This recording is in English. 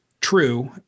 true